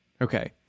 okay